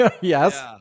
Yes